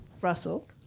Russell